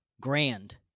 grand